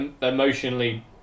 emotionally